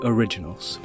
Originals